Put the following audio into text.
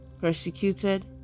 persecuted